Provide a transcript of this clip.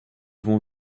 vont